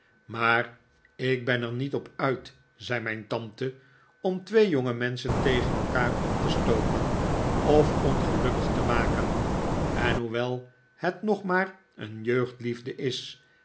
maar ik ben er niet op uit zei mijn tante om twee jonge menschen tegen elkaar op te stoken of ongelukkig te maken en hoewel het nog maar een jeugdliefde is